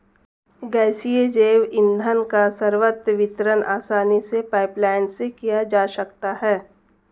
गैसीय जैव ईंधन का सर्वत्र वितरण आसानी से पाइपलाईन से किया जा सकता है